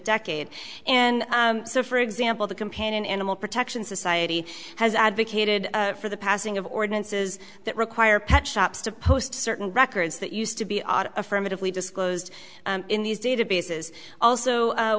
decade and so for example the companion animal protection society has advocated for the passing of ordinances that require pet shops to post certain records that used to be on affirmatively disclosed in these databases also